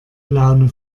laune